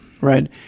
Right